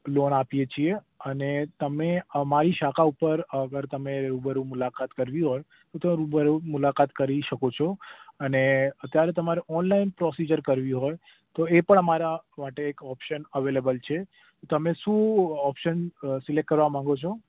loan આપીએ છીએ અને તમે અમારી શાખા ઉપર અગર તમે રૂબરૂ મુલાકાત કરવી હોય તો રૂબરૂ મુલાકાત કરી શકો છો અને અત્યારે તમારે ઓનલાઇન પ્રોસિઝર કરવી હોય તો એ પણ અમારા માટે એક ઓપ્સન અવેલેબલ છે તમે શું ઓપ્સન સિલેક્ટ કરવા માગો છો